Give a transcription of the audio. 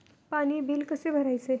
पाणी बिल कसे भरायचे?